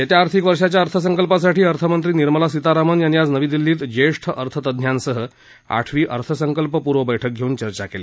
येत्या आर्थिक वर्षाच्या अर्थसंकल्पासाठी अर्थमंत्री निर्मला सीतारामन यांनी आज नवी दिल्लीत ज्येष्ठ अर्थतज्ज्ञांसह आठवी अर्थसंकल्पपूर्व बैठक घेऊन चर्चा केली